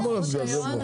הארכת הרישיון,